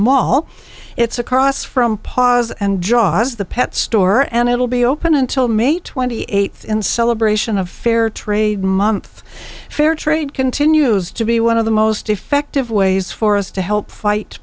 mall it's across from pas and jaws the pet store and it'll be open until may twenty eighth in celebration of fair trade month fair trade continues to be one of the most effective ways for us to help fight